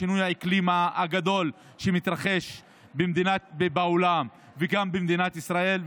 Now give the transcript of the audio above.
שינוי האקלים הגדול שמתרחש בעולם וגם במדינת ישראל,